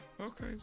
Okay